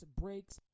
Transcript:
breaks